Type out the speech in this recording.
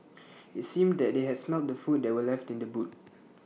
IT seemed that they had smelt the food that were left in the boot